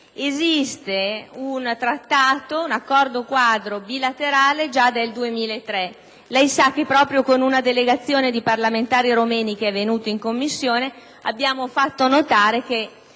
esiste un accordo quadro bilaterale, già dal 2003. Lei sa che proprio ad una delegazione di parlamentari romeni che è venuta in Commissione abbiamo fatto notare che